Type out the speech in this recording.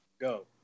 Go